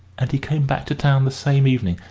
and he came back to town the same evening,